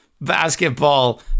Basketball